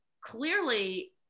clearly